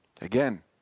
Again